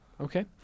Okay